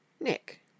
Nick